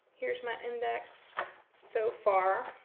here's my index so far.